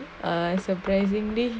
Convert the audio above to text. err surprisingly